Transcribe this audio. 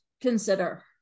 consider